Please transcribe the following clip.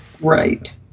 right